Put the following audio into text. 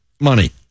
money